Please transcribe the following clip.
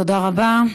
תודה רבה.